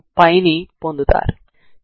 రెండవ పరిష్కారం u2 0014c2 ∬0hξηdξ dη అవుతుంది